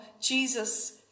Jesus